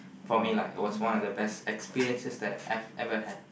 for me lah it was one of the best experiences that I've ever had